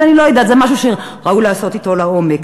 אני לא יודעת, זה משהו שראוי לעשות אותו לעומק.